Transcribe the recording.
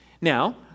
Now